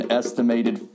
estimated